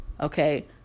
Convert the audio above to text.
Okay